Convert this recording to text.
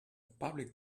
public